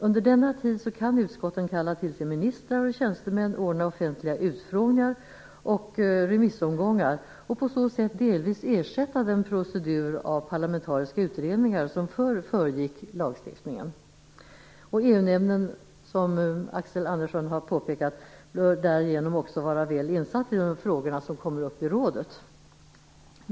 Under denna tid kan utskotten kalla till sig ministrar och tjänstemän, ordna offentliga utfrågningar och remissomgångar och på så sätt delvis ersätta den procedur av parlamentariska utredningar som förr föregick lagstiftningen. EU-nämnden bör, som Axel Andersson också har påpekat, därigenom också vara väl insatt i de frågor som kommer upp i rådet.